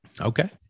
Okay